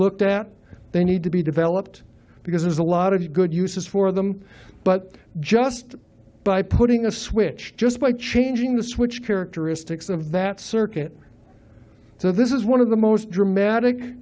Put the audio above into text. looked at they need to be developed because there's a lot of good uses for them but just by putting a switch just by changing the switch characteristics of that circuit so this is one of the most dramatic